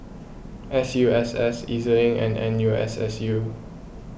S U S S E Z Link and N U S S U